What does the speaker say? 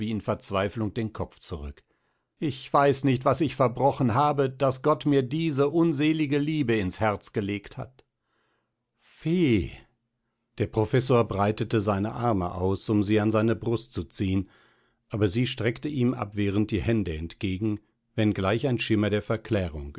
in verzweiflung den kopf zurück ich weiß nicht was ich verbrochen habe daß gott mir diese unselige liebe ins herz gelegt hat fee der professor breitete seine arme aus um sie an seine brust zu ziehen aber sie streckte ihm abwehrend die hände entgegen wenngleich ein schimmer der verklärung